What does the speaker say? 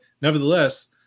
nevertheless